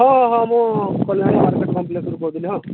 ହଁ ହଁ ମୁଁ ମାର୍କେଟ୍ କମ୍ପ୍ଲେକ୍ସରୁ କହୁଥିଲି ହଁ